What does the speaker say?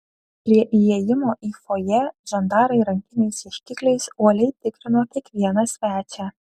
prie įėjimo į fojė žandarai rankiniais ieškikliais uoliai tikrino kiekvieną svečią